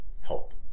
help